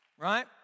Right